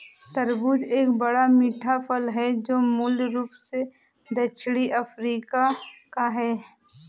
तरबूज एक बड़ा, मीठा फल है जो मूल रूप से दक्षिणी अफ्रीका का है